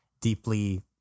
deeply